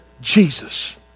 Jesus